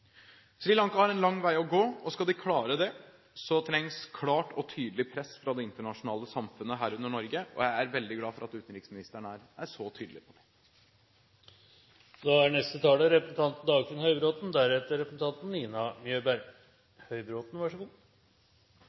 har en lang vei å gå. Skal de klare det, trengs klart og tydelig press fra det internasjonale samfunnet, herunder Norge. Jeg er veldig glad for at utenriksministeren er så tydelig på